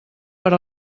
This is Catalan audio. per